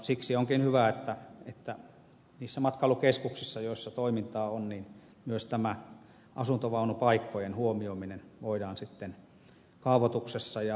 siksi onkin hyvä että niissä matkailukeskuksissa joissa toimintaa on myös tämä asuntovaunupaikkojen huomioiminen voidaan sitten kaavoituksessa ja rakentamisessa ottaa esille